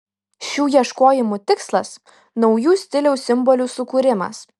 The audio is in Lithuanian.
šių ieškojimų tikslas naujų stiliaus simbolių sukūrimas